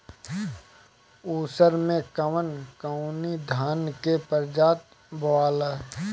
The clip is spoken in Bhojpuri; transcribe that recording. उसर मै कवन कवनि धान के प्रजाति बोआला?